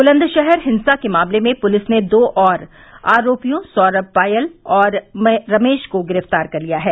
बुलन्दशहर हिंसा के मामले में पुलिस ने दो और आरोपियों सौरभ पायल और रमेश को गिरफ्तार कर लिया है